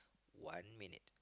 one minute